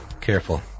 Careful